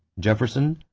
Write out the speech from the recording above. jefferson,